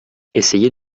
essayez